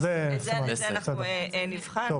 את זה אנחנו נבחן.